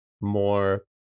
more